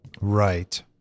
Right